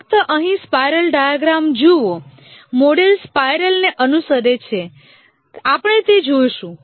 ફક્ત અહીં spiral diagram જુઓ મોડેલ સ્પાઇરલને અનુસરે છે આપણે તે જોશું